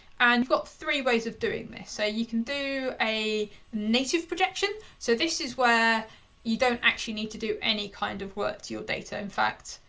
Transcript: and we've got three ways of doing this, so you can do a native projection. so this is where you don't actually need to do any kind of work to your data. in fact,